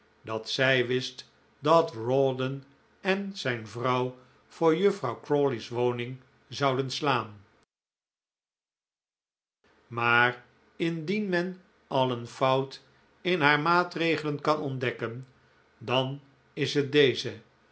dat zij wist dat rawdon en zijn vrouw voor juffrouw crawley's woning zouden slaan maar indien men al een fout in haar maatregelen kan ontdekken dan is het deze